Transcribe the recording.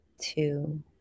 two